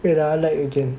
wait ah lag again